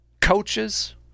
coaches